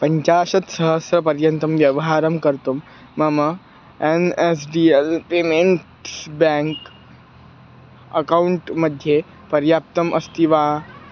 पञ्चाशत्सहस्रं पर्यन्तं व्यवहारं कर्तुं मम N S D L payments bank अकौण्ट्मध्ये पर्याप्तम् अस्ति वा